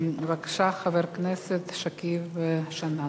בבקשה, חבר הכנסת שכיב שנאן.